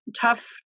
tough